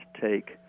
take